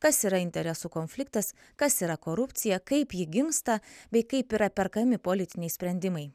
kas yra interesų konfliktas kas yra korupcija kaip ji gimsta bei kaip yra perkami politiniai sprendimai